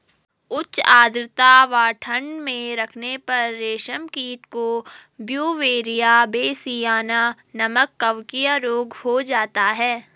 उच्च आद्रता व ठंड में रखने पर रेशम कीट को ब्यूवेरिया बेसियाना नमक कवकीय रोग हो जाता है